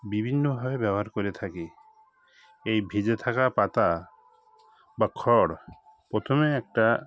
বিভিন্নভাবে ব্যবহার করে থাকি এই ভিজে থাকা পাতা বা খড় প্রথমে একটা